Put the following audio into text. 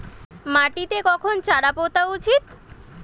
মাটিতে কখন চারা পোতা উচিৎ?